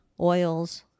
Oils